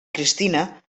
cristina